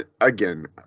again